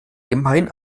immerhin